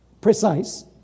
precise